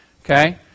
Okay